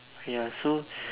ya so